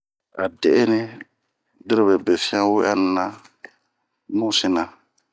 A de'eni dirobe be fian we'anu na, bun sina.